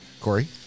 Corey